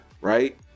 Right